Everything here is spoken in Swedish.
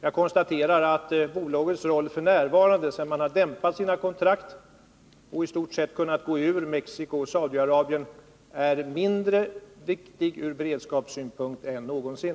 Jag konstaterar att bolagets roll f. n., sedan man har dämpat sina kontrakt och i stort sett kunnat gå ur kontrakten med Mexico och Saudiarabien, är mindre viktig ur beredskapssynpunkt än någonsin.